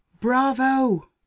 Bravo